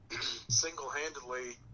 single-handedly